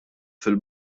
fil